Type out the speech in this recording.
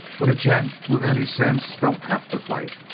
but a gent with any sense don't have to fight.